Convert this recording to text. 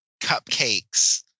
cupcakes